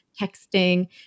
texting